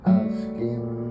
asking